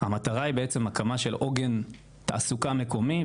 המטרה היא בעצם הקמה של עוגן תעסוקה מקומי,